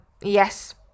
yes